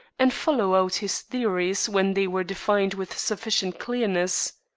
and follow out his theories when they were defined with sufficient clearness.